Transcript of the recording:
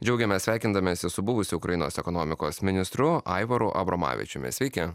džiaugiamės sveikindamiesi su buvusiu ukrainos ekonomikos ministru aivaru abromavičiumi sveiki